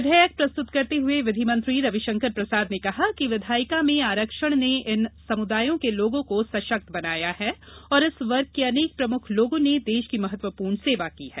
विधेयक प्रस्तत करते हए विधि मंत्री रविशंकर प्रसाद ने कहा कि विधायका में आरक्षण ने इन समुदायों के लोगों को सशक्त बनाया है और इस वर्ग के अनेक प्रमुख लोगों ने देश की महत्वपूर्ण सेवा की है